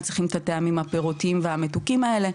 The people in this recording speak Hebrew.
צריכים את הטעמים הפרירותיים והמתוקים האלה,